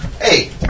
Hey